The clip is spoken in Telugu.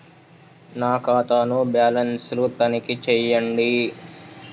నా ఖాతా ను బ్యాలన్స్ తనిఖీ చేయండి?